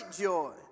joy